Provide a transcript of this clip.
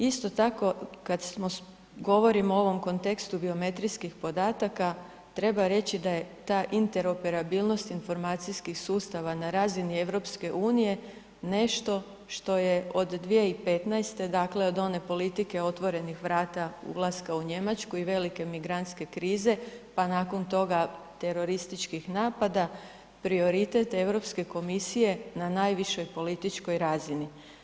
Isto tako kad govorimo u ovom kontekstu geometrijskih podataka treba reći da je ta interoperabilnost informacijskih sustava na razini EU nešto što je od 2015., dakle od one politike otvorenih vrata ulaska u Njemačku i velike migrantske krize, pa nakon toga terorističkih napada, prioritet Europske komisije na najvišoj političkoj razini.